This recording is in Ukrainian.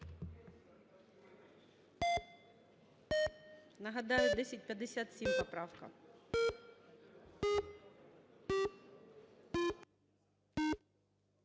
Нагадаю, 1057 поправка.